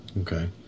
okay